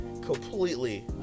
completely